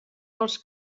dels